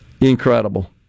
Incredible